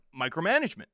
micromanagement